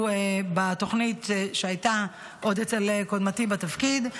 בתוכנית שהייתה עוד אצל קודמתי בתפקיד,